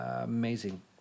amazing